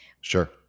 Sure